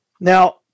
Now